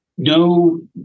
no